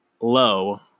low